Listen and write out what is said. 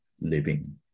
living